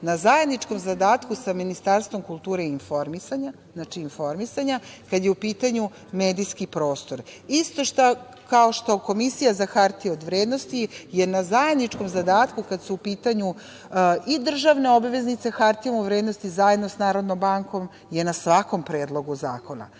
na zajedničkom zadatku sa Ministarstvom kulture i informisanja kada je u pitanju medijski prostor. Isto kao što Komisija za hartije od vrednosti je na zajedničkom zadatku kad su u pitanju i državne obveznice hartijama od vrednosti zajedno sa Narodnom bankom je na svakom predlogu zakona. Šta